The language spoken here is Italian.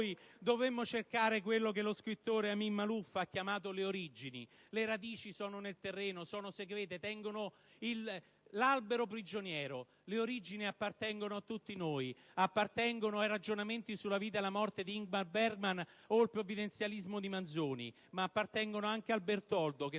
voi, dovremmo cercare quelle che lo scrittore Amin Maalouf ha definito le origini? Le radici sono nel terreno, sono segrete, tengono l'albero prigioniero; le origini appartengono a tutti noi, riguardano i ragionamenti sulla vita e la morte di Ingmar Bergman o il provvidenzialismo di Manzoni, ma anche il Bertoldo, che